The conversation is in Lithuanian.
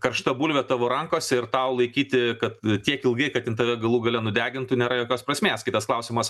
karšta bulvė tavo rankose ir tau laikyti kad tiek ilgai kad jin tave galų gale nudegintų nėra jokios prasmės kitas klausimas